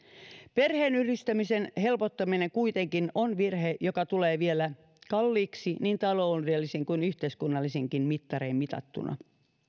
perheenyhdistämisen helpottaminen kuitenkin on virhe joka tulee vielä kalliiksi niin taloudellisin kuin yhteiskunnallisinkin mittarein mitattuna